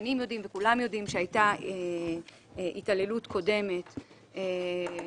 והשכנים וכולם יודעים שהיית ההתעללו קודמת כלפי,